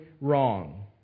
wrong